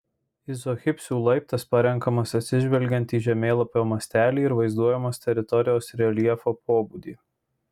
izohipsių laiptas parenkamas atsižvelgiant į žemėlapio mastelį ir vaizduojamos teritorijos reljefo pobūdį